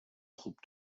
خوب